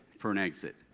for an exit.